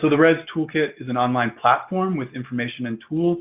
so the rez toolkit is an online platform with information and tools